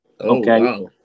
Okay